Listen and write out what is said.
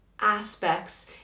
aspects